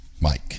mike